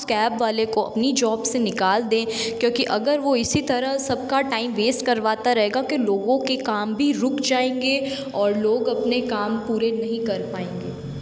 उस कैब वाले को अपनी जॉब से निकाल दें क्योंकि अगर वह इसी तरह सबका टाइम वेस्ट करवाता रहेगा कि लोगों के काम भी रुक जाएँगे और लोग अपने काम पूरे नहीं कर पाएँगे